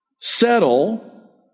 settle